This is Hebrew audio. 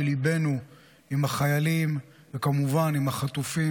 וליבנו עם החיילים וכמובן עם החטופים,